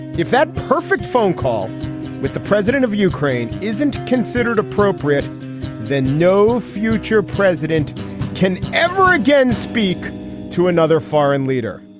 if that perfect phone call with the president of ukraine isn't considered appropriate then no future president can ever again speak to another foreign leader